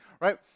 right